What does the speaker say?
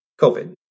COVID